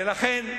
ולכן,